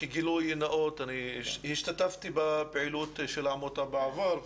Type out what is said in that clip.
כגילוי נאות, השתתפתי בפעילות של העמותה בעבר.